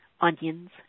onions